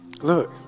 look